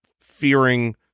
fearing